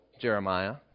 Jeremiah